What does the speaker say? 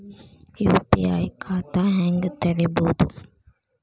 UPI ಖಾತಾ ಹೆಂಗ್ ತೆರೇಬೋದು?